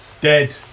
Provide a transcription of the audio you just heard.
Dead